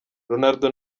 ronaldo